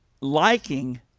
liking